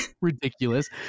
ridiculous